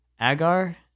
Agar